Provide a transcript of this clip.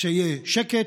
שיהיה שקט,